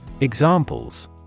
Examples